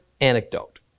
anecdote